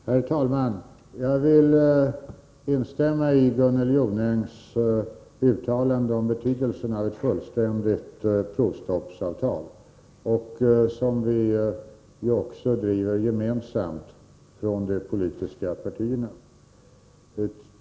Nr 156 Herr talman! Jag vill instämma i Gunnel Jonängs uttalande om betydelsen Måndagen den av ett avtal om fullständigt provstopp, en fråga som vi driver gemensamt från 28 maj 1984 de politiska partierna.